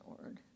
word